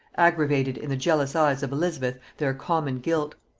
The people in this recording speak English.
aggravated in the jealous eyes of elizabeth their common guilt.